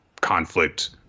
conflict